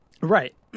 Right